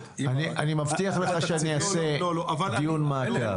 --- אני מבטיח שאנחנו נעשה דיון מעקב.